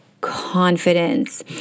confidence